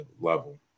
level